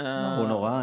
הוא נורא,